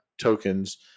tokens